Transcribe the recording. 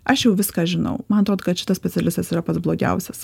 aš jau viską žinau man atrodo kad šitas specialistas yra pats blogiausias